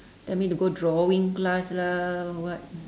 tell me to go drawing class lah what